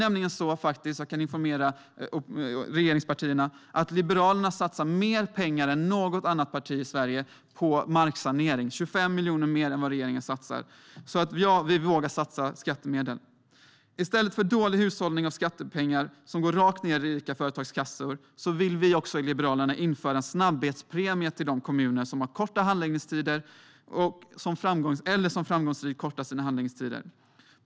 Jag kan informera regeringspartierna om att Liberalerna satsar mer pengar än något annat parti i Sverige på marksanering - 25 miljoner mer än vad regeringen satsar. Så ja, vi vågar satsa skattemedel. I stället för dålig hushållning med skattepengar som går rakt ned i olika företags kassor vill vi i Liberalerna införa en snabbhetspremie till de kommuner som redan har korta handläggningstider eller som framgångsrikt kortar dessa.